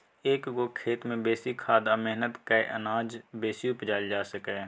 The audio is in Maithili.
एक्क गो खेत मे बेसी खाद आ मेहनत कए कय अनाज बेसी उपजाएल जा सकैए